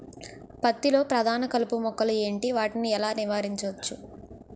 పత్తి లో ప్రధాన కలుపు మొక్కలు ఎంటి? వాటిని ఎలా నీవారించచ్చు?